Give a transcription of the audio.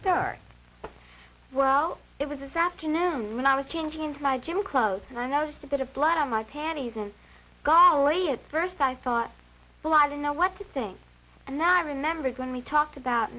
start well it was this afternoon when i was changing into my gym clothes and i noticed a bit of blood on my panties and godly at first i thought well i don't know what to think and then i remembered when we talked about